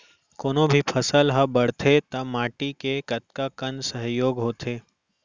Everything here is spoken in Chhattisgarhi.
कोनो भी फसल हा बड़थे ता माटी के कतका कन सहयोग होथे?